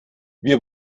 wir